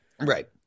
Right